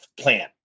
plan